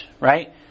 right